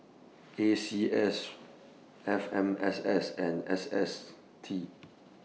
A C S F M S S and S S T